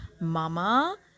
mama